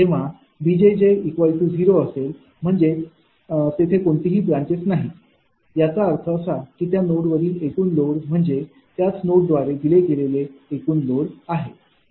जेव्हा B 0 असेल म्हणजेच तेथे कोणत्याही ब्रांचेस नाहीत याचा अर्थ असा की त्या नोडवरील एकूण लोड म्हणजे त्याच नोड द्वारे दिले गेले एकूण लोड आहे